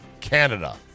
Canada